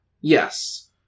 yes